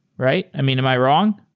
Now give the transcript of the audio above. right? i mean, am i wrong?